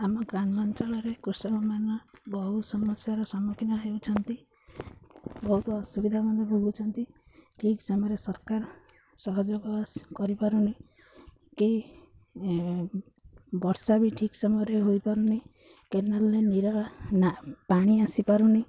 ଆମ ଗ୍ରାମାଞ୍ଚଳରେ କୃଷକମାନେ ବହୁ ସମସ୍ୟାର ସମ୍ମୁଖୀନ ହେଉଛନ୍ତି ବହୁତ ଅସୁବିଧା ମଧ୍ୟ ଭୋଗୁଛନ୍ତି ଠିକ୍ ସମୟରେ ସରକାର ସହଯୋଗ କରିପାରୁନି କି ବର୍ଷା ବି ଠିକ୍ ସମୟରେ ହୋଇପାରୁନି କେନାଲରେ ପାଣି ଆସିପାରୁନି